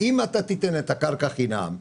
אם אתה תיתן את הקרקע חינם,